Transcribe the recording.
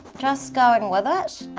just going with ah it.